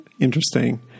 interesting